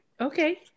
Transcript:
Okay